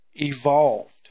evolved